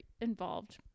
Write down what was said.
involved